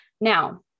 Now